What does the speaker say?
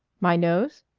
my nose?